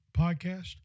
podcast